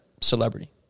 celebrity